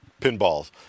pinballs